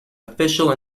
official